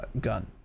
gun